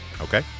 Okay